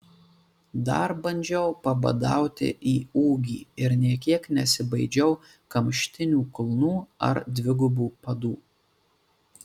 dar bandžiau pabadauti į ūgį ir nė kiek nesibaidžiau kamštinių kulnų ar dvigubų padų